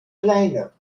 kleiner